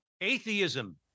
atheism